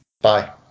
Bye